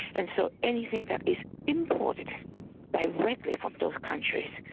and so anything that is imported directly from those countries,